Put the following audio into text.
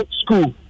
school